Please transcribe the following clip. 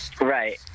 Right